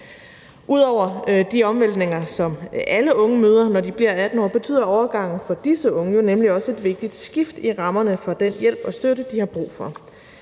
Ud over de omvæltninger, som alle unge møder, når de bliver 18 år, betyder overgangen for disse unge jo nemlig også et vigtigt skift i rammerne for den hjælp og støtte, de har brug for.